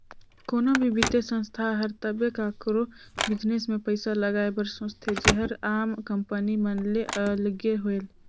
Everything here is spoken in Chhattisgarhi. कोनो भी बित्तीय संस्था हर तबे काकरो बिजनेस में पइसा लगाए बर सोंचथे जेहर आम कंपनी मन ले अलगे होए